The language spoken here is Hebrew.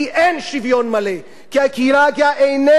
כי הקהילה הגאה איננה נהנית כאן משוויון מלא.